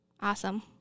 Awesome